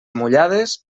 mullades